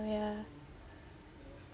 ya